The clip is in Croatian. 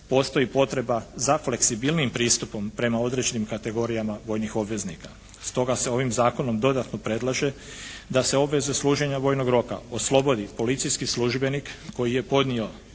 postoji potreba za fleksibilnijim pristupom prema određenim kategorijama vojnih obveznika. Stoga se ovim zakonom dodatno predlaže da se obveze služenja vojnog roka oslobodi policijski službenik koji je podnio